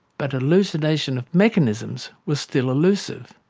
but elucidation of mechanisms was still elusive,